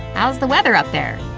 hows the weather up there?